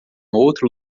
outro